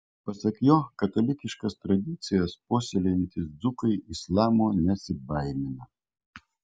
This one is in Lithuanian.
pasak jo katalikiškas tradicijas puoselėjantys dzūkai islamo nesibaimina